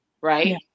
right